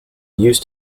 used